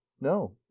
no